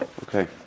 Okay